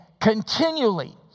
continually